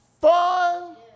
fun